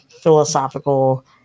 philosophical